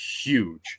huge